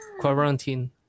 quarantine